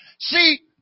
See